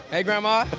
hey, grandma.